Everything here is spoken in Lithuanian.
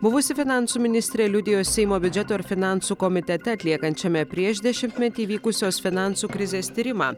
buvusi finansų ministrė liudijo seimo biudžeto ir finansų komitete atliekančiame prieš dešimtmetį vykusios finansų krizės tyrimą